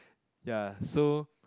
ya so